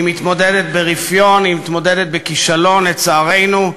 היא מתמודדת ברפיון, היא מתמודדת בכישלון, לצערנו.